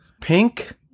Pink